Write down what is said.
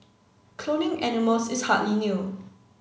cloning animals is hardly new